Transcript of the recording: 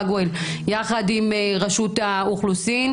חגואל יחד עם רשות האוכלוסין.